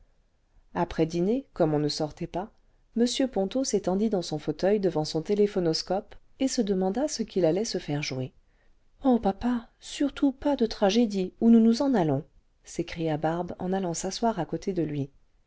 après dîner comme on ne sortait pas m ponto s'étendit dans son fauteuil devant son téléphonoscope et se demanda ce'qu'il allait se faire jouer ce oh papa surtout pas de tragédie ou nous nous en allons s'écria barbe en allant's'asseoir à côté de lui